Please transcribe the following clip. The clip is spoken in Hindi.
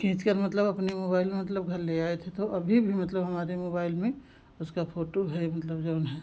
खींचकर मतलब अपनी मोबाइल में मतलब घर ले आए थे तो अभी भी मतलब हमारे मोबाइल में उसका फ़ोटू है मतलब जो है